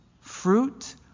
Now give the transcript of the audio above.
Fruit